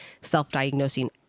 self-diagnosing